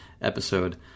episode